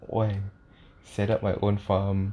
why set up my own farm